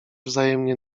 wzajemnie